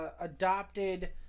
adopted